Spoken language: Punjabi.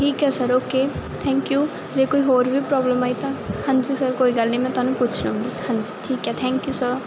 ਠੀਕ ਹੈ ਸਰ ਓਕੇ ਥੈਂਕ ਯੂ ਜੇ ਕੋਈ ਹੋਰ ਵੀ ਪ੍ਰੋਬਲਮ ਆਈ ਤਾਂ ਹਾਂਜੀ ਸਰ ਕੋਈ ਗੱਲ ਨਹੀਂ ਮੈਂ ਤੁਹਾਨੂੰ ਪੁੱਛ ਲਊਗੀ ਹਾਂਜੀ ਠੀਕ ਹੈ ਥੈਂਕ ਯੂ ਸਰ